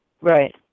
Right